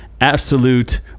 absolute